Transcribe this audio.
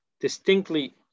distinctly